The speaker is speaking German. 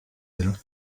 will